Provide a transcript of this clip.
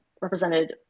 represented